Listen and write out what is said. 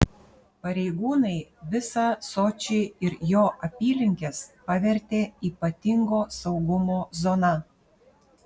pareigūnai visą sočį ir jo apylinkes pavertė ypatingo saugumo zona